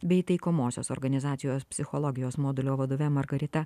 bei taikomosios organizacijos psichologijos modulio vadove margarita